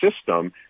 system